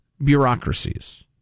bureaucracies